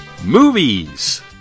Movies